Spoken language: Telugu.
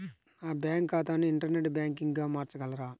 నా బ్యాంక్ ఖాతాని ఇంటర్నెట్ బ్యాంకింగ్గా మార్చగలరా?